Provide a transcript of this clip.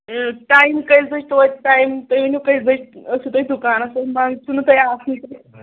time کٔژِ بجہِ توتہِ ٹایِم تُہۍ ؤنِو کٔژِ بجہِ چھِو تُہۍ دُکانَس پیٚٹھ منٛزٕ چھِو نہٕ تُہۍ آسنٕے تَتہِ